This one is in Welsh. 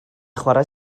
chwarae